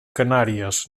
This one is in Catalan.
canàries